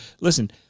listen